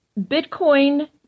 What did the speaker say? bitcoin